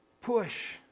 push